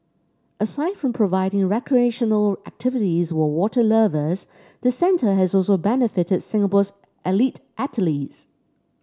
aside from providing recreational activities for water lovers the centre has also benefited Singapore's elite athlete